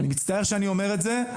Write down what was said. אני מצטער שאני אומר את זה.